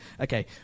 Okay